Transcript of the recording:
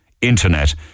internet